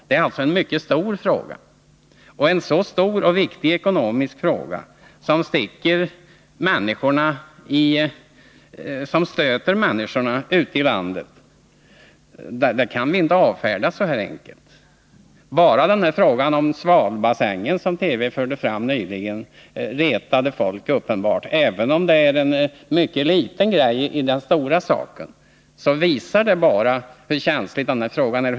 Det är alltså en mycket stor sak, och en så viktig ekonomisk fråga, som stöter människorna ute i landet, kan vi inte avfärda så här enkelt. Bara det där förslaget om en svalbassäng, som TV förde fram nyligen, retade folk. Även om det är en mycket liten detalj i den stora saken, visar det hur känslig och viktig frågan är.